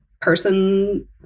Person